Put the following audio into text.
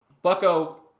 Bucko